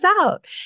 out